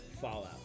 Fallout